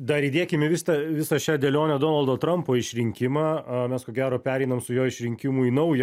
dar įdėkim į vis tą visą šią dėlionę donaldo trampo išrinkimą mes ko gero pereinam su jo išrinkimu į naują